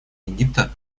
египта